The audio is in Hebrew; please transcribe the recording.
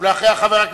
ואחריה,